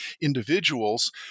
individuals